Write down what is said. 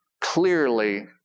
clearly